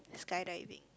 skydiving